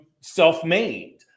self-made